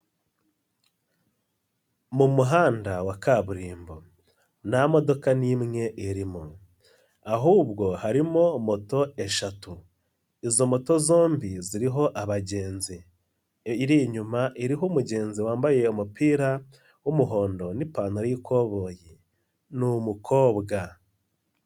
Mu muhanda wa kaburimbo nta modoka n'imwe irimo ahubwo harimo moto eshatu, izo moto zombi ziriho abagenzi, iri inyuma iriho umugenzi wambaye umupira w'umuhondo n'ipantaro y'ikoboyi, ni umukobwa.